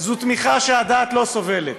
זו תמיכה שהדעת לא סובלת.